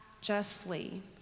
justly